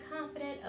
confident